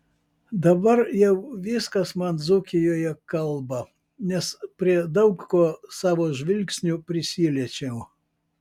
dabar jau viskas man dzūkijoje kalba nes prie daug ko savo žvilgsniu prisiliečiau